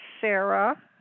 sarah